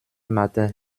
matin